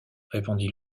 répondit